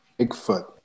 Bigfoot